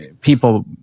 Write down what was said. people